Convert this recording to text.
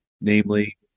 namely